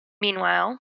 Meanwhile